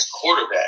quarterback